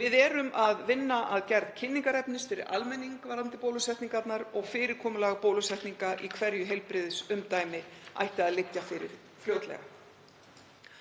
Við erum að vinna að gerð kynningarefnis fyrir almenning varðandi bólusetningarnar og fyrirkomulag bólusetninga í hverju heilbrigðisumdæmi ætti að liggja fyrir fljótlega.